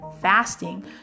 fasting